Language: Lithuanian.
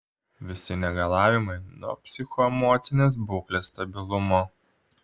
visi negalavimai nuo psichoemocinės būklės stabilumo